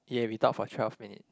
yeah we talk for twelve minute